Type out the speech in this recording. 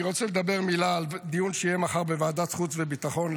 אני רוצה לדבר מילה על הדיון שיהיה מחר בוועדת החוץ והביטחון,